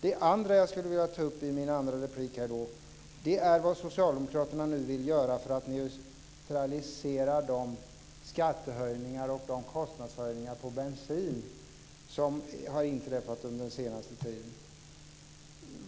Det andra jag skulle vilja ta upp i min andra replik är vad socialdemokraterna nu vill göra för att neutralisera de skattehöjningar och kostnadshöjningar på bensin som har inträffat under den senaste tiden.